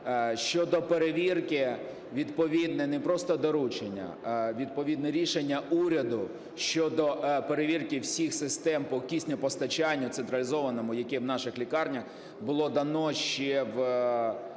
Щодо перевірки, відповідне не просто доручення, а відповідне рішення уряду щодо перевірки всіх систем по киснепостачанню централізованому, яке в наших лікарнях, було дано ще в